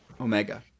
Omega